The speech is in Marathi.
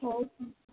हो